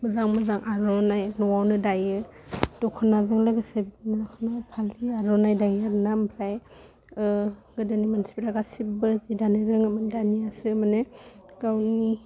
मोजां मोजां आर'नाइ न'वावनो दायो दख'नाजों लोगोसे बिदिनो दख'ना फालि आर'नाइ दायो आरोना आमफ्राय गोदोनि मानसिफ्रा गासिबो जि दानो रोङोमोन दानियासो माने गावनि